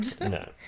No